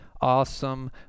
awesome